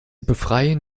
befreien